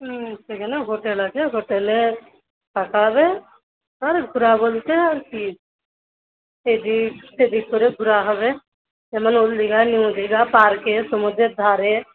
হুম সেখানেও হোটেল আছে হোটেলে থাকা হবে আর ঘোরা বলতে আর কী এদিক সেদিক করে ঘোরা হবে যেমন ওল্ড দীঘা নিউ দীঘা পার্কে সমুদ্রের ধারে